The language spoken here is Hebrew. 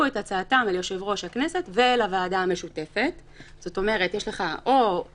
לב לזכויות ולצרכים של אזרחים ותיקים,